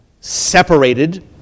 separated